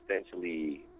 essentially